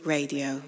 Radio